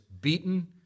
beaten